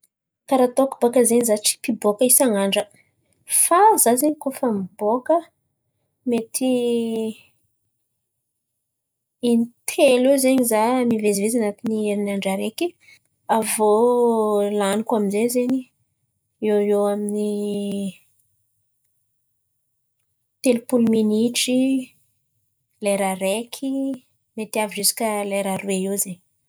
Karà ataoko baka zen̈y za tsy mpiboaka isan̈'andra. Fa za zen̈y koa fa miboaka, mety in-telo iô zen̈y za mivezivezy anatiny herin'andra araiky. Aviô laniko aminjay zen̈y iô iô amin'ny telo-polo minitry, lera araiky mety avy ziska lera aroe iô zen̈y.